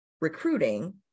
recruiting